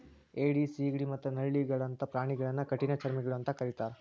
ಏಡಿ, ಸಿಗಡಿ ಮತ್ತ ನಳ್ಳಿಗಳಂತ ಪ್ರಾಣಿಗಳನ್ನ ಕಠಿಣಚರ್ಮಿಗಳು ಅಂತ ಕರೇತಾರ